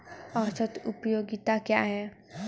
औसत उपयोगिता क्या है?